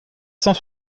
cent